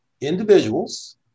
individuals